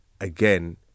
again